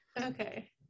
okay